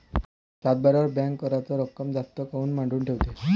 सातबाऱ्यावर बँक कराच रक्कम जास्त काऊन मांडून ठेवते?